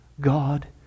God